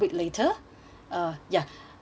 uh ya um ya